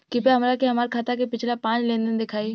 कृपया हमरा के हमार खाता के पिछला पांच लेनदेन देखाईं